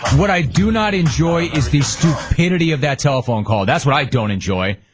what i do not enjoy is the stupidity of that telephone call, that's what i don't enjoy.